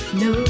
no